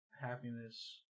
happiness